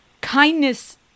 kindness